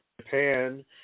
Japan